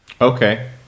Okay